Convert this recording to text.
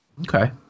Okay